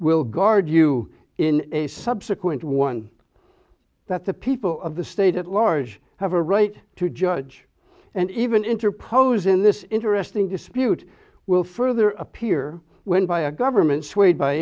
will guard you in a subsequent one that the people of the state at large have a right to judge and even interposed in this interesting dispute will further appear when by a government swayed by